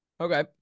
Okay